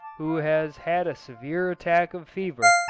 who has had a severe attack of fever,